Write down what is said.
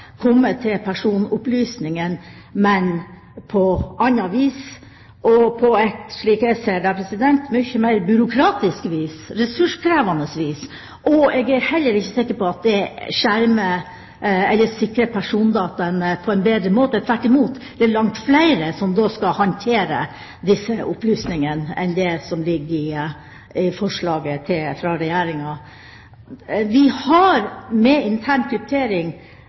til personopplysninger, men på annet vis og, slik jeg ser det, mye mer byråkratisk og ressurskrevende vis. Jeg er heller ikke sikker på at det skjermer eller sikrer persondataene på en bedre måte. Tvert imot: Det er langt flere som da skal håndtere disse opplysningene enn det som ligger i forslaget fra Regjeringa. Vi har med intern